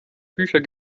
bücher